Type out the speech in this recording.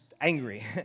angry